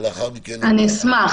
אני אשמח.